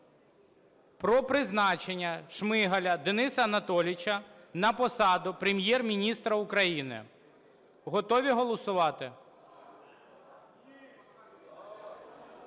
про призначення Шмигаля Дениса Анатолійовича на посаду Прем'єр-міністра України. Готові голосувати?